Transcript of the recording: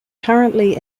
currently